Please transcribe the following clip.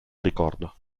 ricordo